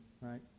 right